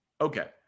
Okay